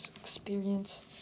experience